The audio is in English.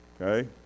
okay